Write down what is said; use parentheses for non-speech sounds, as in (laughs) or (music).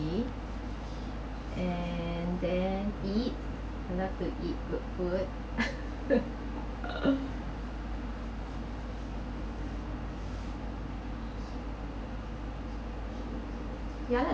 and then eat enough to eat good food (laughs) ya lah